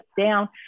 down